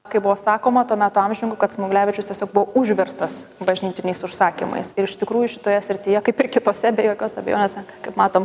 kaip buvo sakoma to meto amžininkų kad smuglevičius tiesiog buvo užverstas bažnytiniais užsakymais ir iš tikrųjų šitoje srityje kaip ir kitose be jokios abejonės kaip matom